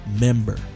member